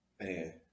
Man